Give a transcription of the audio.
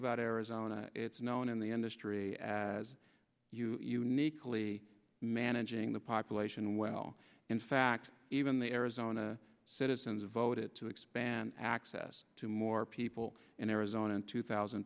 about arizona it's known in the industry as uniquely managing the population well in fact even the arizona citizens voted to expand access to more people in arizona in two thousand